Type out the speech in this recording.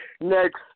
next